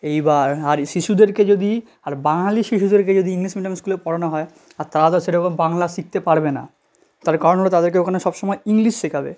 এই বার আর শিশুদেরকে যদি আর বাঙালি শিশুদেরকে যদি ইংলিশ মিডিয়াম স্কুলে পড়ানো হয় আর তারা তো সেরকম বাংলা শিখতে পারবে না তার কারণ হলো তাদেরকে ওখানে সব সময় ইংলিশ শেখাবে